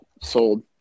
Sold